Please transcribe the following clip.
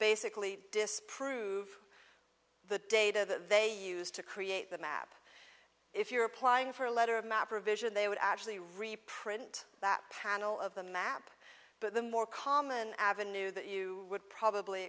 basically disprove the data that they used to create the map if you're applying for a letter a map or a vision they would actually reprint that panel of the map but the more common avenue that you would probably